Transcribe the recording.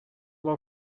aba